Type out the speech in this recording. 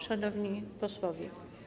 Szanowni Posłowie!